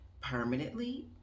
permanently